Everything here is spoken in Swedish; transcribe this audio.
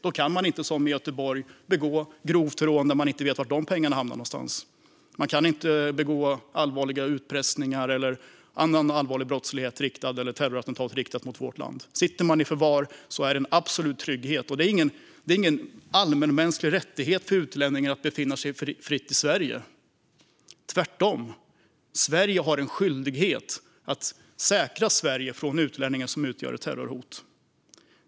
Då kan man inte, som i Göteborg, begå grovt rån - var de pengarna hamnar någonstans vet vi inte. Man kan inte begå allvarliga utpressningar, terrorattentat eller annan allvarlig brottslighet riktad mot vårt land. Sitter man i förvar innebär det en absolut trygghet. Det är ingen allmänmänsklig rättighet för utlänningar att befinna sig fritt i Sverige. Tvärtom, Sverige har en skyldighet att säkra Sverige från utlänningar som utgör ett terrorhot.